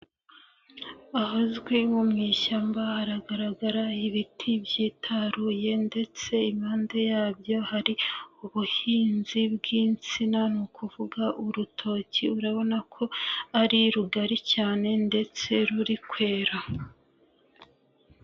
Ahazwi nko mu ishyamba haragaragara ibiti byitaruye ndetse impande yabyo hari ubuhinzi bw'insina ni ukuvuga urutoki urabona ko ari rugari cyane ndetse ruri kwera.